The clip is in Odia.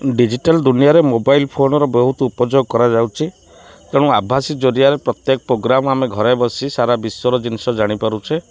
ଡିଜିଟାଲ୍ ଦୁନିଆରେ ମୋବାଇଲ୍ ଫୋନ୍ର ବହୁତ ଉପଯୋଗ କରାଯାଉଛି ତେଣୁ ଆଭାସୀ ଜରିଆରେ ପ୍ରତ୍ୟେକ ପ୍ରୋଗ୍ରାମ୍ ଆମେ ଘରେ ବସି ସାରା ବିଶ୍ୱର ଜିନିଷ ଜାଣିପାରୁଛେ